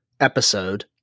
episode